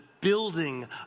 building